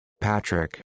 Patrick